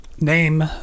Name